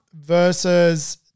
versus